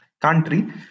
country